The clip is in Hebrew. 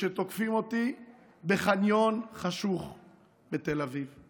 שתוקפים אותי בחניון חשוך בתל אביב.